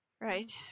Right